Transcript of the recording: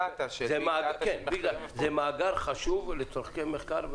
זה מאגר חשוב לצורכי מחקר.